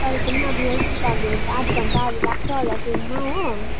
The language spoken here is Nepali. तरै पनि अब यहीँबाट लग्यो भनि त आठ घन्टाहरू लाग्छ होला ट्रेनमा हो